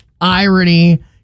irony